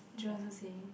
jerome also say